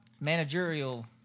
managerial